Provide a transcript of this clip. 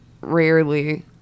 rarely